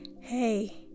Hey